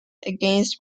against